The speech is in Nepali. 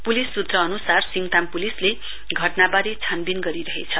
पुलिस सूत्र अनुसार सिङताम पुलिसले घटनावारे छानवीन गरिरहेछ